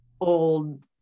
old